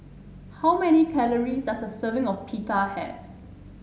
how many calories does a serving of Pita have